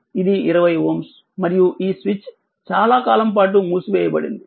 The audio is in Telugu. ఇది 20Ω మరియు ఈ స్విచ్ చాలాకాలం పాటు మూసివేయబడింది